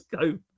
go